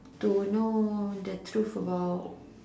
to know the truth about